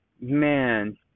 man